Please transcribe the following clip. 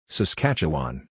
Saskatchewan